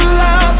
love